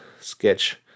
sketch